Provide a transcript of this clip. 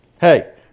Hey